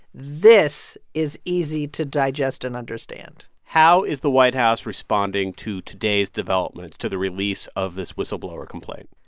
this is easy to digest and understand how is the white house responding to today's development to the release of this whistleblower complaint?